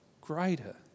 greater